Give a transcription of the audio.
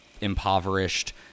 impoverished